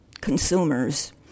consumers